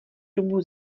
dobu